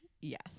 Yes